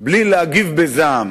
בלי להגיב בזעם.